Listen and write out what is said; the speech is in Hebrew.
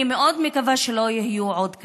אני מאוד מקווה שלא יהיו עוד קלטות,